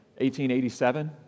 1887